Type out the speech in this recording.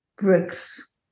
bricks